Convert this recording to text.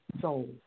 soul